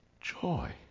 joy